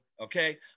Okay